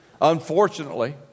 Unfortunately